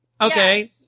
Okay